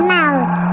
Mouse